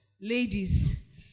Ladies